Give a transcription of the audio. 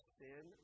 sin